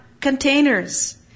containers